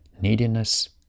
neediness